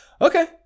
okay